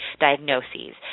diagnoses